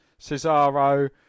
Cesaro